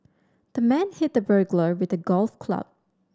the man hit the burglar with the golf club